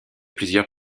plusieurs